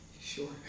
Sure